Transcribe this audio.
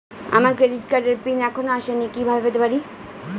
আমার ক্রেডিট কার্ডের পিন এখনো আসেনি কিভাবে পেতে পারি?